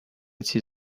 see